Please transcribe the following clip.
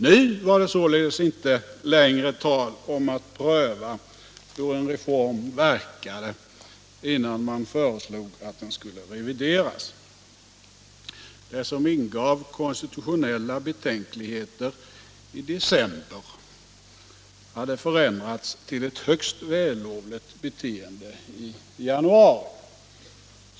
Nu var det således inte längre tal om att pröva hur en reform verkade, innan man föreslog att den skulle revideras. Det som ingav konstitutionella betänkligheter i december hade förändrats till ett högst vällovligt beteende i januari.